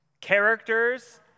characters